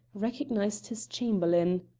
recognised his chamberlain.